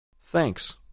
Thanks